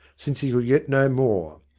since he could get no more.